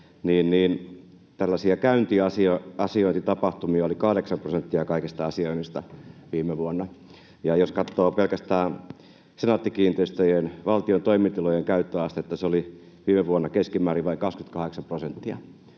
niin tällaisia käyntiasiointitapahtumia oli kahdeksan prosenttia kaikesta asioinnista viime vuonna, ja jos katsoo pelkästään Senaatti-kiinteistöjen valtion toimitilojen käyttöastetta, se oli viime vuonna keskimäärin vain 28 prosenttia.